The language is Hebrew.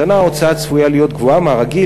השנה ההוצאה צפויה להיות גבוהה מהרגיל